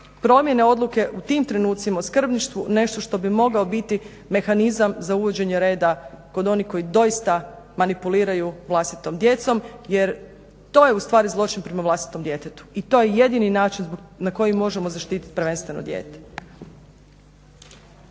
promjene odluke u tim trenucima u skrbništvu nešto što bi mogao biti mehanizam za uvođenje reda kod onih koji doista manipuliraju vlastitom djecom. Jer to je u stvari zločin prema vlastitom djetetu i to je jedini način na koji možemo zaštititi prvenstveno dijete.